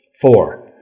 Four